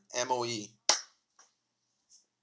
M_O_E